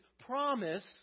promise